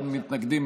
אין מתנגדים,